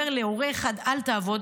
אומר להורה אחד: אל תעבוד,